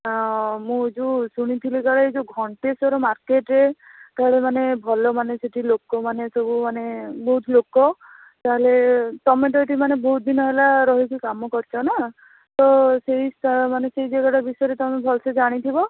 ହଁ ମୁଁ ଯେଉଁ ଶୁଣିଥିଲି କାଳେ ଏ ଯେଉଁ ଘଣ୍ଟେଶ୍ଵର ମାର୍କେଟ୍ରେ ତା'ର ମାନେ ଭଲ ମାନେ ସେଠି ଲୋକ ମାନେ ସବୁ ମାନେ ବହୁତ ଲୋକ ତା'ହେଲେ ତମେ ତ ଏଠି ମାନେ ବହୁତ ଦିନ ହେଲା ରହିକି କାମ କରିଚ ନା ତ ସେଇ ସା ମାନେ ସେଇ ଜାଗାଟା ବିଷୟରେ ତମେ ଭଲସେ ଜାଣିଥିବ